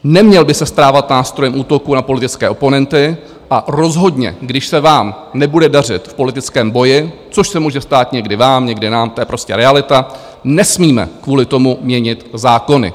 Neměl by se stávat nástrojem útoku na politické oponenty a rozhodně, když se vám nebude dařit v politickém boji, což se může stát někdy vám, někdy nám, to je prostě realita, nesmíme kvůli tomu měnit zákony.